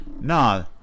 No